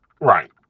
right